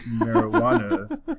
marijuana